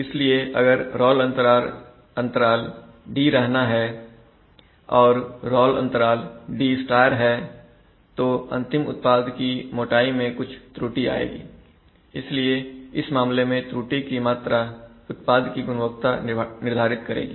इसलिए अगर रॉल अंतराल को d रहना है और रॉल अंतराल d है तो अंतिम उत्पाद की मोटाई में कुछ त्रुटि आएगी इसलिए इस मामले में त्रुटि की मात्रा उत्पाद की गुणवत्ता को निर्धारित करेगी